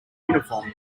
uniform